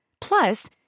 Plus